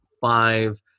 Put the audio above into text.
five